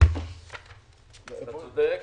אתה יודע.